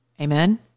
Amen